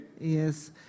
Yes